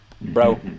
bro